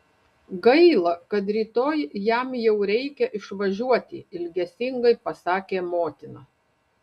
gaila kad rytoj jam jau reikia išvažiuoti ilgesingai pasakė motina